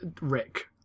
rick